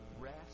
Rest